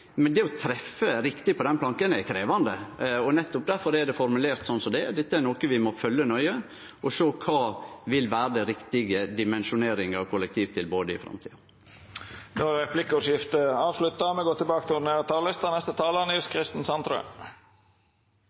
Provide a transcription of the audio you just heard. Men det å treffe riktig på den planken er krevjande, og nettopp difor er det formulert slik det er. Dette er noko vi må følgje nøye, og vi må sjå på kva som vil vere den riktige dimensjoneringa av kollektivtilbodet i framtida. Replikkordskiftet er avslutta.